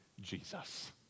Jesus